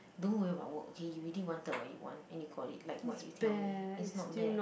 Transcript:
don't worry about work okay you really wanted what you want and you got it like what you tell me it's not bad